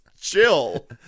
chill